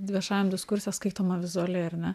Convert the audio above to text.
viešajam diskurse skaitoma vizuali ar ne